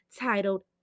titled